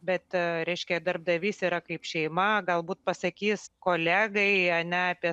bet reiškia darbdavys yra kaip šeima galbūt pasakys kolegai ane apie